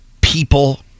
people